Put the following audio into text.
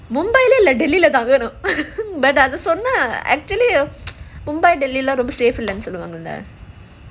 mumbai lah இல்ல:illa delhi lah தங்கனும்:thanganum actually ah mumbai லாம்:laam safe இல்லனு சொல்வாங்கல:illanu solvaangala